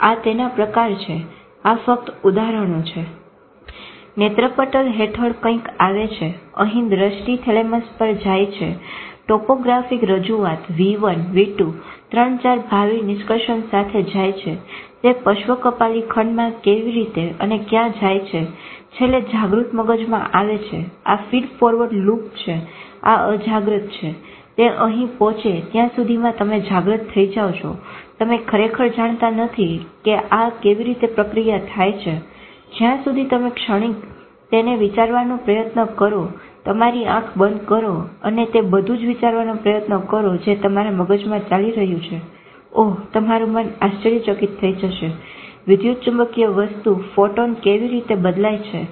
આ તેના પ્રકાર છે આ ફક્ત ઉદાહરણો છે